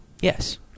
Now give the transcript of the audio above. Yes